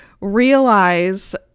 realize